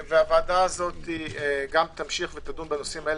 הוועדה הזאת גם תמשיך ותדון בנושאים האלה,